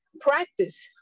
practice